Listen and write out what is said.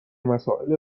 مسائل